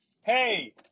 Hey